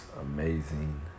amazing